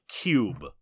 Cube